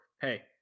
hey